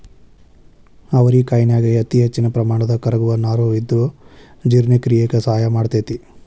ಅವರಿಕಾಯನ್ಯಾಗ ಅತಿಹೆಚ್ಚಿನ ಪ್ರಮಾಣದ ಕರಗುವ ನಾರು ಇದ್ದು ಜೇರ್ಣಕ್ರಿಯೆಕ ಸಹಾಯ ಮಾಡ್ತೆತಿ